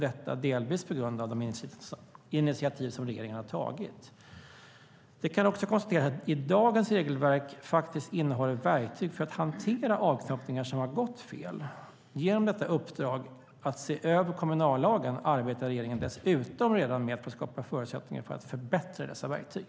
Detta sker delvis på grund av de initiativ som regeringen har tagit. Det kan också konstateras att dagens regelverk innehåller verktyg för att hantera avknoppningar som har gått fel. Genom detta uppdrag att se över kommunallagen arbetar regeringen dessutom redan med att skapa förutsättningar för att förbättra dessa verktyg.